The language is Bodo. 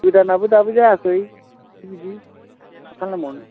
गोदानाबो दाबो जायाखै कमफ्लिट माथो खालामबावनो